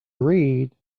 read